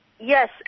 Yes